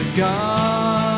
god